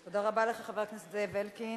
תודה רבה לך, חבר הכנסת זאב אלקין.